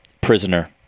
prisoner